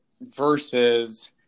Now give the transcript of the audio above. versus